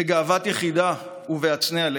בגאוות יחידה ובהצנע לכת.